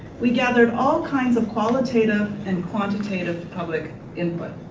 we gathered all kinds of qualitative and quantitative public input.